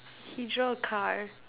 he draw a car